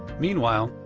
meanwhile,